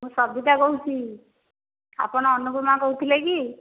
ମୁଁ ସବିତା କହୁଛି ଆପଣ ଅନୁପମା କହୁଥିଲେ କି